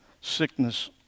sickness